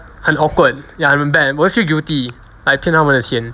很 awkward ya 很 bad I will feel guilty like 骗他们的钱